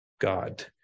God